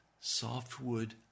Softwood